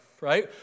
right